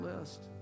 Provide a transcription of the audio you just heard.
list